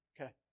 okay